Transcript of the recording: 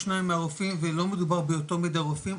או שניים מהרופאים ולא מדובר באותו מידע רופאים,